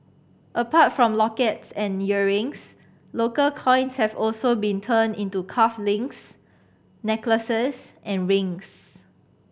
apart from lockets and earrings local coins have also been turned into cuff links necklaces and rings